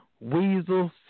Weasel